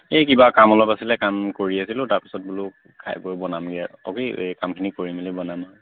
এই কিবা কাম অলপ আছিলে কাম কৰি আছিলোঁ তাৰ পিছত বোলো খাই বৈ বনামগৈ অঁ কি এই কামখিনি কৰি মেলি বনাম আৰু